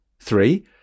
Three